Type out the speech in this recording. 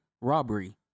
robbery